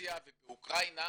ברוסיה ובאוקראינה,